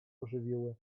ożywiły